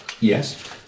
Yes